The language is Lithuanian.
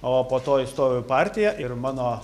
o po to įstojau į partiją ir mano